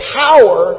power